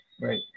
right